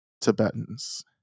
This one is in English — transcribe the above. Tibetans